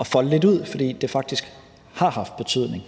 at folde lidt ud, fordi det faktisk har haft betydning